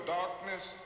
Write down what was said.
darkness